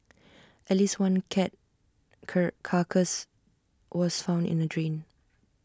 at least one cat carcass was found in A drain